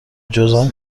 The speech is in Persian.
جذام